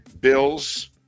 Bills